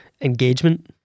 engagement